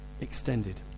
extended